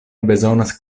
bezonas